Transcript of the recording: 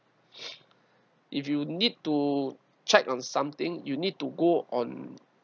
if you need to check on something you need to go on